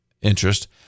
interest